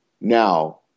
now